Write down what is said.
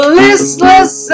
listless